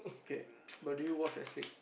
K but do you watch S-League